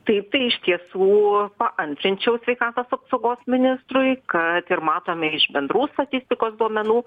taip tai iš tiesų paantrinčiau sveikatos apsaugos ministrui kad ir matome iš bendrų statistikos duomenų